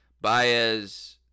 Baez